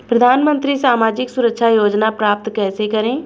प्रधानमंत्री सामाजिक सुरक्षा योजना प्राप्त कैसे करें?